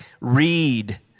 read